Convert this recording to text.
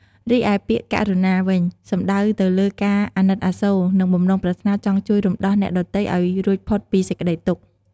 រីឯពាក្យ "ករុណា" វិញ សំដៅទៅលើការអាណិតអាសូរ និងបំណងប្រាថ្នាចង់ជួយរំដោះអ្នកដទៃឱ្យរួចផុតពីសេចក្តីទុក្ខ។